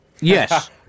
Yes